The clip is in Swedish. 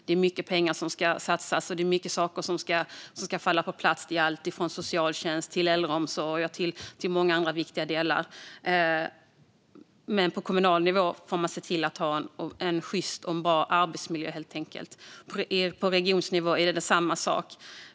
Det är mycket pengar som ska satsas och mycket saker som ska falla på plats, alltifrån socialtjänst till äldreomsorg och många andra viktiga delar. Men på kommunal nivå får man helt enkelt se till att ha en sjyst och bra arbetsmiljö. Det är samma sak på regionnivå.